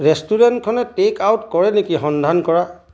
ৰেষ্টুৰেণ্টখনে take out কৰে নেকি সন্ধান কৰা